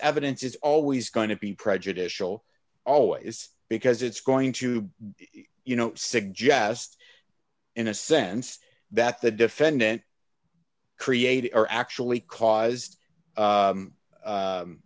evidence is always going to be prejudicial always because it's going to be you know suggest in a sense that the defendant created or actually caused